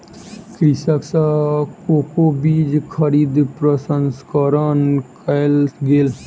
कृषक सॅ कोको बीज खरीद प्रसंस्करण कयल गेल